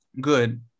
good